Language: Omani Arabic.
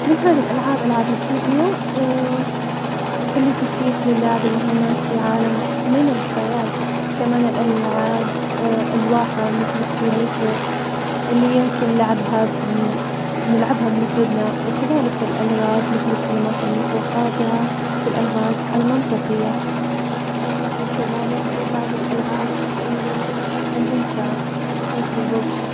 من هذي الألعاب, ألعاب الفديواللي تتيح لاللاعب الإنغماس في عالم من الخيال, كمان الألعاب الواحة مثل السوليتي, اللي يمكن نلعبها بمفردنا, وكذلك الألغاز, مثل الكلمات المتوقاطعة -المتقاطعة- والألغازالمنطقية, وكذلك بعض الألعاب الممتعة, مثل البوبجي.